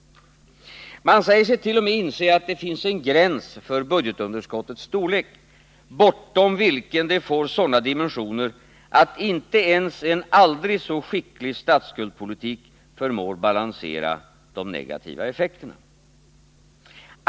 Man säger sig t. 0. m. inse att det finns en gräns för budgetunderskottets storlek, bortom vilken det får sådana dimensioner att inte ens en aldrig så skicklig statsskuldspolitik förmår balansera de negativa effekterna.